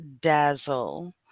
dazzle